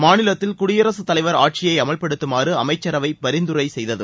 மாநிலத்தில் குடியரசுத் தலைவர் ஆட்சியை அமல்படுத்தமாறு அமைச்சரவை பரிந்துரை செய்தது